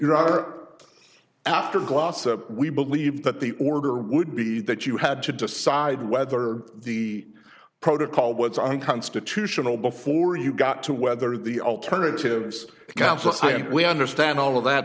are after glossop we believe that the order would be that you had to decide whether the protocol was unconstitutional before you got to whether the alternatives we understand all of that